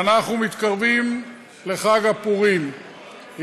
ואנחנו מתקרבים לחג הפורים.